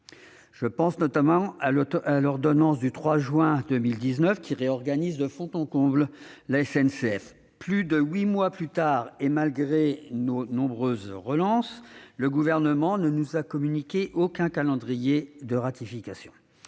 Je pense notamment à l'ordonnance du 3 juin 2019, qui réorganise de fond en comble la SNCF : plus de huit mois plus tard et malgré nos nombreuses relances, le Gouvernement ne nous a communiqué aucun calendrier de ratification.